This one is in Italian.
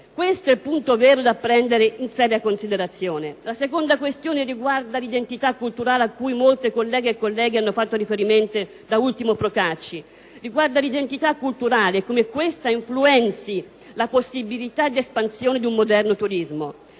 questo è il punto da prendere in seria considerazione. La seconda questione, a cui molte colleghe e colleghi hanno fatto riferimento (da ultimo il senatore Procacci), riguarda l'identità culturale e come questa influenzi la possibilità di espansione di un moderno turismo.